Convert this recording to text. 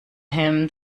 him